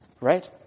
right